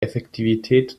effektivität